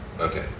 Okay